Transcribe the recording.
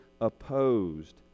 opposed